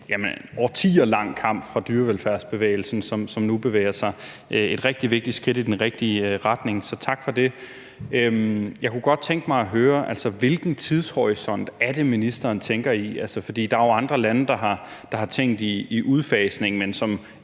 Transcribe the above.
en årtier lang kamp for dyrevelfærdsbevægelsen, som nu bevæger sig et rigtig vigtigt skridt i den rigtige retning, så tak for det. Jeg kunne godt tænke mig at høre: Hvilken tidshorisont er det, ministeren tænker i? Der er jo andre lande, der har tænkt i udfasning, men som